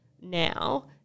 now